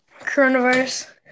coronavirus